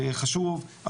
וחשוב,